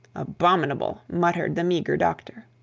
abominable, muttered the meagre doctor.